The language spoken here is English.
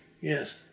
Yes